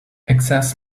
access